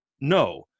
No